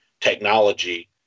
technology